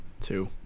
Two